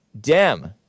Dem